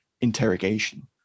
interrogation